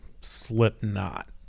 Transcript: Slipknot